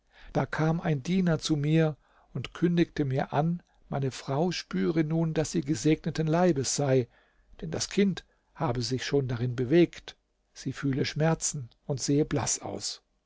da kam ein diener zu mir und kündigte mir an meine frau spüre nun daß sie gesegneten leibes sei denn das kind habe sich schon darin bewegt sie fühle schmerzen und sehe blaß aus